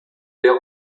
der